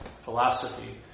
philosophy